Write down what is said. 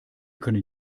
können